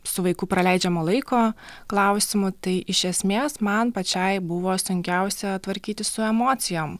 su vaiku praleidžiamo laiko klausimų tai iš esmės man pačiai buvo sunkiausia tvarkytis su emocijom